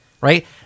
Right